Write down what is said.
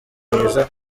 myiza